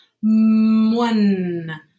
one